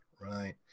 right